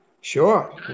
Sure